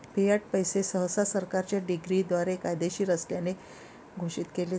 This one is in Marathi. फियाट पैसे सहसा सरकारच्या डिक्रीद्वारे कायदेशीर असल्याचे घोषित केले जाते